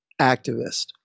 activist